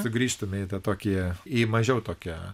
sugrįžtume į tą tokie į mažiau tokią